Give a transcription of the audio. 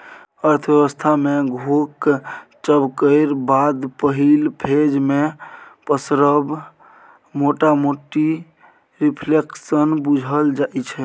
अर्थव्यवस्था मे घोकचब केर बाद पहिल फेज मे पसरब मोटामोटी रिफ्लेशन बुझल जाइ छै